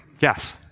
Yes